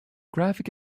graphic